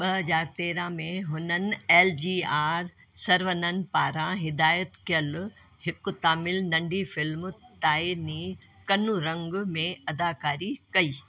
ॿ हज़ार तेरहं में हुननि एल जी आर सरवनन पारां हिदाइतु कयलु हिकु तमिल नंढी फ़िल्म ताये नी कन्नुरंगु में अदाकारी कई